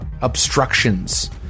obstructions